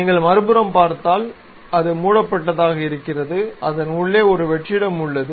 நீங்கள் மறுபுறம் பார்த்தால் அது மூடபட்டதாக இருக்கிறது அதன் உள்ளே ஒரு வெற்றிடம் உள்ளது